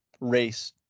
race